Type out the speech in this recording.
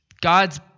God's